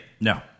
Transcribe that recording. No